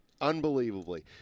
unbelievably